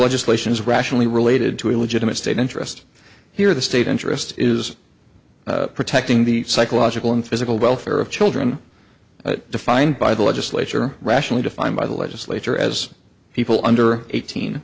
legislation is rationally related to a legitimate state interest here the state interest is protecting the psychological and physical welfare of children defined by the legislature rationally defined by the legislature as people under eighteen